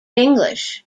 english